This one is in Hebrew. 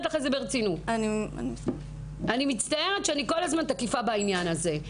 אני מצטערת שאני כל הזמן תקיפה בעניין הזה.